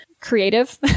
creative